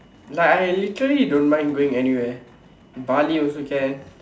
like I literally don't mind going anywhere Bali also can